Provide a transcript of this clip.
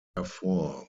therefore